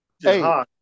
Hey